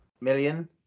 million